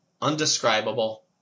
undescribable